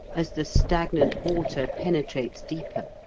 as the stagnant water penetrates deeper.